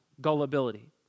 gullibility